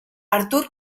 artur